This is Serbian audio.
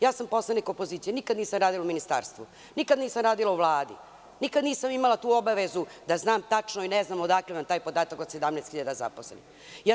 Ja sam poslanik opozicije, nikada nisam radila u ministarstva, nikad nisam radila u Vladi, nikada nisam imala tu obavezu da znam tačno i ne znam odakle nam taj podatak od 17.000 zaposlenih.